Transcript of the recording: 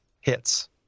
hits